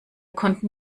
konnten